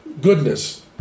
goodness